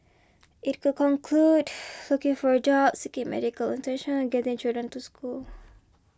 it could conclude looking for a job seeking medical attention or getting children to school